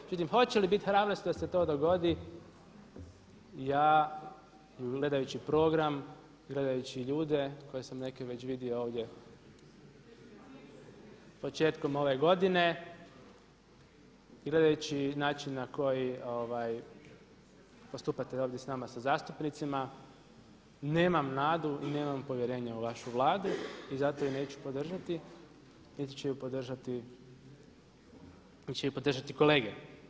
Međutim, hoće li biti hrabrosti da se to dogodi ja gledajući program, gledajući ljude koje sam neke već vidio ovdje početkom ove godine i gledajući način na koji postupate ovdje sa nama sa zastupnicima nemam nadu i nemam povjerenje u vašu Vladu i zato je neću podržati, niti će je podržati kolege.